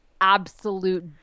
absolute